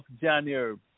January